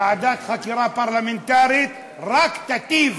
ועדת חקירה פרלמנטרית רק תיטיב